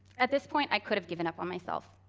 at this point, i could have given up on myself,